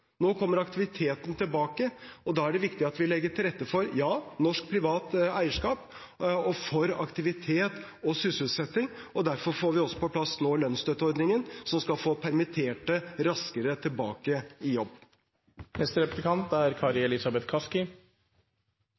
nå kommer aktiviteten tilbake, og da er det viktig at vi legger til rette for – ja – norsk privat eierskap og for aktivitet og sysselsetting. Derfor får vi nå også på plass lønnsstøtteordningen, som skal få permitterte raskere tilbake i jobb.